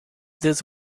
this